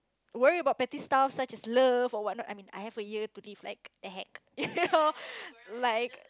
worry about petty stuff such as love or what not I mean I have a year to live like the heck you know like